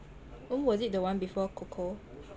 oh was it the one before coco